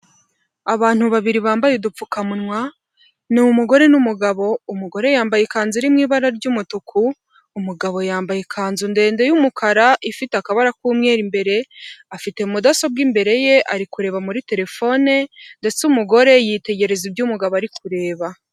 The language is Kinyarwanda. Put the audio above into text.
Abantu babiri bambaye udupfukamunwa ni umugore n'umugabo umugore yambaye ikanzu iri mu ibara ry'umutuku, umugabo yambaye ikanzu ndende y'umukara, ifite akabara k'umweru imbere, afite mudasobwa imbere ye, ari kureba muri telefone ndetse umugore yitegereza ibyo umugabo ari kureba.